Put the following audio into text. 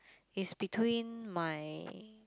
is between my